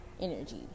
energy